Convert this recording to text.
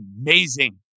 amazing